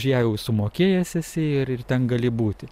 už ją jau sumokėjęs esi ir ten gali būti